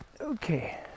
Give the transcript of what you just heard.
Okay